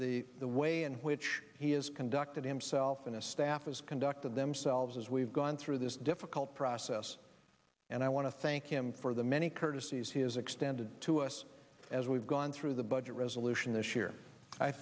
acknowledge the way in which he has conducted himself in a staff as conducted themselves as we've gone through this difficult process and i want to thank him for the many courtesies he has extended to us as we've gone through the budget resolution this year i